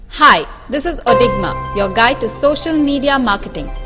hi. this is odigma. your guide to social media marketing.